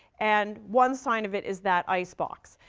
and one sign of it is that icebox,